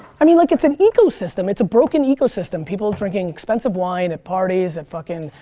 i mean, like it's an ecosystem, it's a broken ecosystem. people drinking expensive wine at parties, at fucking.